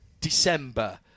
December